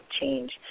change